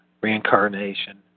reincarnation